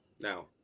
Now